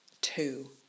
Two